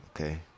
Okay